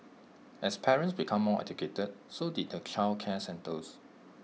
as parents became more educated so did the childcare centres